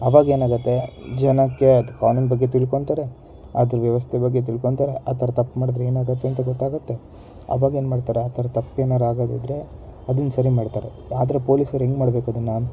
ಆವಾಗ ಏನಾಗುತ್ತೆ ಜನಕ್ಕೆ ಕಾನೂನು ಬಗ್ಗೆ ತಿಳ್ಕೋತ್ತಾರೆ ಅದರ ವ್ಯವಸ್ಥೆ ಬಗ್ಗೆ ತಿಳ್ಕೋತ್ತಾರೆ ಆ ಥರ ತಪ್ಪು ಮಾಡಿದರೆ ಏನಾಗುತ್ತೆ ಅಂತ ಗೊತ್ತಾಗುತ್ತೆಆವಾಗ ಏನು ಮಾಡ್ತಾರೆ ಆ ಥರ ತಪ್ಪೇನಾದ್ರು ಆಗೋದಿದ್ರೆ ಅದನ್ನು ಸರಿ ಮಾಡ್ತಾರೆ ಆದರೆ ಪೊಲೀಸರು ಹೇಗೆ ಮಾಡಬೇಕು ಅದನ್ನು